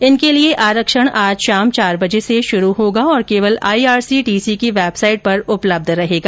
इनके लिए आरक्षण आज शाम चार बजे से शुरू होगा और केवल आईआरसीटीसी की वेबसाईट पर उपलब्ध रहेगा